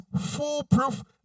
foolproof